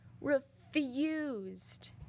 refused